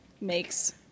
makes